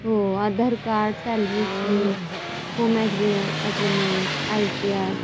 हो Aadhaar card salary slip home agree agreement R T R